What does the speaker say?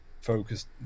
focused